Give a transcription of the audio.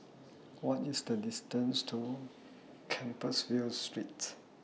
What IS The distance to Compassvale Street